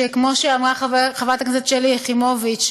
כמו שאמרה חברת הכנסת שלי יחימוביץ,